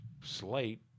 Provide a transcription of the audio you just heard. Slate